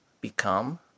become